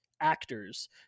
actors